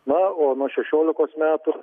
na o nuo šešiolikos metų